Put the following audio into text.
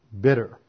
Bitter